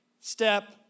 step